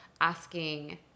asking